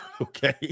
okay